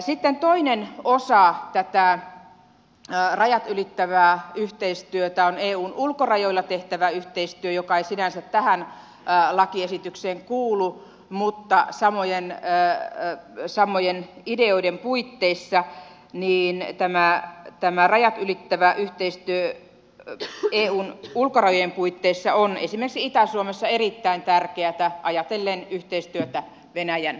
sitten toinen osa tätä rajat ylittävää yhteistyötä on eun ulkorajoilla tehtävä yhteistyö joka ei sinänsä tähän lakiesitykseen kuulu mutta samojen ideoiden puitteissa tämä rajat ylittävä yhteistyö eun ulkorajojen puitteissa on esimerkiksi itä suomessa erittäin tärkeätä ajatellen yhteistyötä venäjän